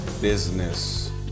Business